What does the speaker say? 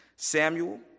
Samuel